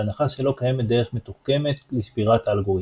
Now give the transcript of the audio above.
בהנחה שלא קיימת דרך מתוחכמת לשבירת האלגוריתם.